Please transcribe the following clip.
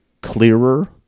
clearer